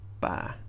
Bye